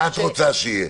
מה את רוצה שיהיה?